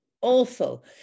Awful